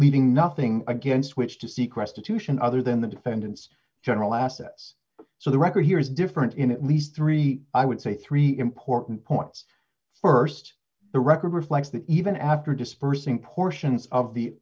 meaning nothing against which to seek restitution other than the defendant's general assets so the record here is different in at least three i would say three important points st the record reflects that even after dispersing portions of the